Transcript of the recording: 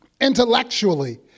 intellectually